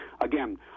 Again